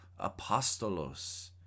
apostolos